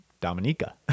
Dominica